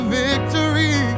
victory